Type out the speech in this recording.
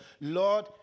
Lord